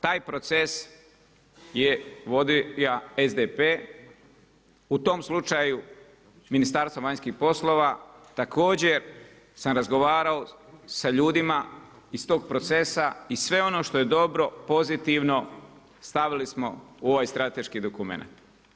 Taj proces je vodio SDP, u tom slučaju Ministarstvo vanjskih poslova također sam razgovarao sa ljudima iz tog procesa i sve ono što je dobro, pozitivno stavili smo u ovaj strateški dokumenat.